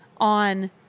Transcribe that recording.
on